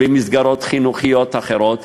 במסגרות חינוכיות אחרות.